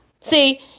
see